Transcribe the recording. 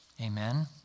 Amen